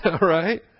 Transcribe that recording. right